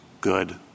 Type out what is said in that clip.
good